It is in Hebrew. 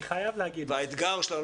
אני חייב להגיד משהו.